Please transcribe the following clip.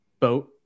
boat